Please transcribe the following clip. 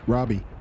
Robbie